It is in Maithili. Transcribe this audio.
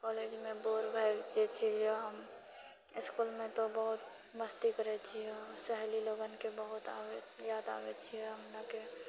कॉलेजमे बोर भए जाइत छियै हम इस्कूलमे तऽ बहुत मस्ती करैत छियै सहेली लोगनके बहुत आबैत याद आबैत छियै हमराके